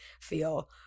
feel